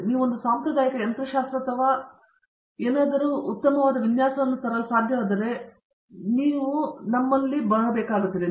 ಹಾಗಾಗಿ ನೀವು ಒಂದು ಸಾಂಪ್ರದಾಯಿಕ ಯಂತ್ರಶಾಸ್ತ್ರ ಅಥವಾ ಸಾಂಪ್ರದಾಯಿಕತೆಯಾಗಿದ್ದರೆ ನೀವು ಎಲ್ಲವನ್ನೂ ತರುವಲ್ಲಿ ಉತ್ತಮವಾದ ವಿನ್ಯಾಸಗಳನ್ನು ತರಲು ಸಾಧ್ಯವಾದರೆ ನೀವು ಇನ್ನು ಮುಂದೆ ಇರುವುದಿಲ್ಲ